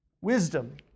Wisdom